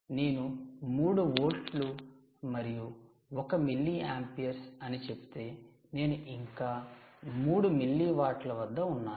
నేను 3 వోల్ట్లు మరియు 1 మిల్లీయాంపీయర్స్ అని చెబితే నేను ఇంకా 3 మిల్లీవాట్ల వద్ద ఉన్నాను